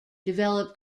develop